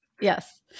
Yes